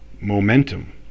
Momentum